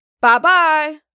Bye-bye